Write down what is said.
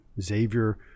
Xavier